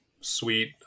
sweet